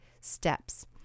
steps